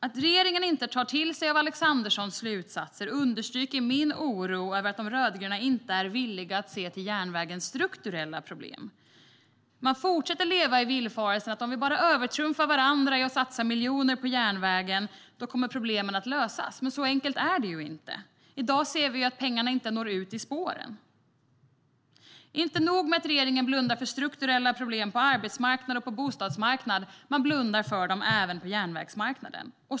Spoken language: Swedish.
Att regeringen inte tar till sig Alexanderssons slutsatser understryker min oro över att de rödgröna inte är villiga att se till järnvägens strukturella problem. Man fortsätter att leva i villfarelsen att om vi bara övertrumfar varandra i miljonsatsningar på järnvägen kommer problemen att lösas. Men så enkelt är det inte. I dag ser vi att pengarna inte når ut till spåren. Inte nog med att regeringen blundar för strukturella problem på arbetsmarknaden och bostadsmarknaden; man blundar för dem även på järnvägsmarknaden.